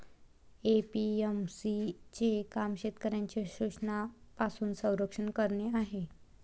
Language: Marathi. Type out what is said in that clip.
ए.पी.एम.सी चे काम शेतकऱ्यांचे शोषणापासून संरक्षण करणे आहे